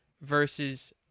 versus